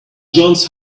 johns